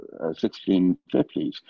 1650s